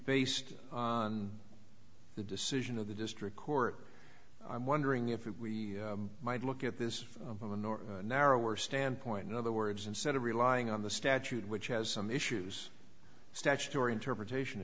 based on the decision of the district court i'm wondering if we might look at this one or narrower standpoint in other words instead of relying on the statute which has some issues statutory interpretation